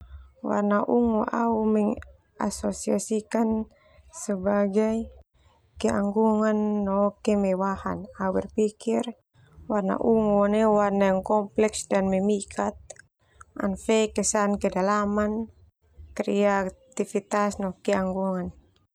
Warna ungu ah au mengasosiasikan sebagai keanggunan no kemewahan, warna ungu nia warna yang kompleks dan memikat, ana fe kesan kedalaman, kreativitas, no keanggunan.